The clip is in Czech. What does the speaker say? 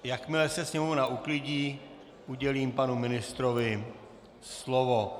Jakmile se sněmovna uklidní, udělím panu ministrovi slovo.